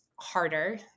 harder